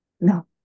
no